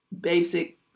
basic